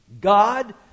God